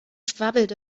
schwabbelt